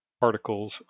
particles